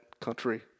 country